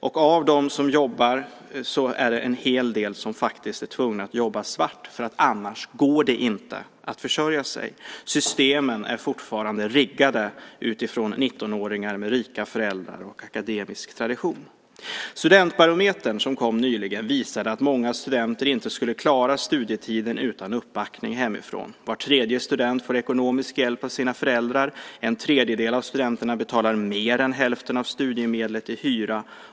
Och av dem som jobbar är det en hel del som faktiskt är tvungna att jobba svart, för annars går det inte att försörja sig. Systemen är fortfarande riggade utifrån 19-åringar med rika föräldrar och akademisk tradition. Studentbarometern, som kom nyligen, visade att många studenter inte skulle klara studietiden utan uppbackning hemifrån. Var tredje student får ekonomisk hjälp av sina föräldrar. En tredjedel av studenterna betalar mer än hälften av studiemedlet i hyra.